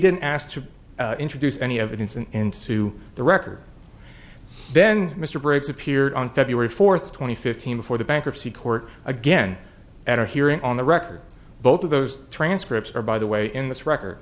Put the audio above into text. didn't ask to introduce any evidence and into the record then mr briggs appeared on february fourth two thousand and fifteen before the bankruptcy court again at our hearing on the record both of those transcripts are by the way in this record